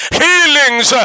healings